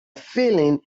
feeling